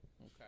Okay